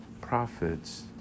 prophets